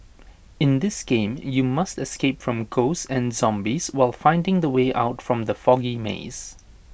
in this game you must escape from ghosts and zombies while finding the way out from the foggy maze